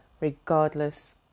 regardless